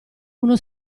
uno